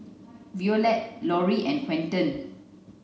Violetta Lorri and Quinten